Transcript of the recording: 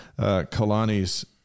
Kalani's